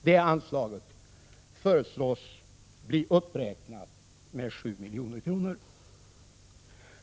Det anslaget föreslås bli uppräknat med 7 milj.kr.